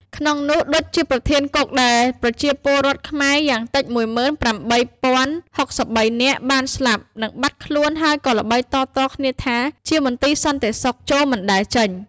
ក្នុងនោះ ឌុច ជាប្រធានគុក ដែលប្រជាពលរដ្ឋខ្មែរយ៉ាងតិច ១៨០៦៣នាក់បានស្លាប់ និងបាត់ខ្លួនហើយក៏ល្បីតៗគ្នាថា ជាមន្ទីរសន្តិសុខ ចូលមិនដែលចេញ។